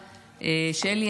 שלי,